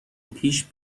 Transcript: پیش